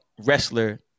wrestler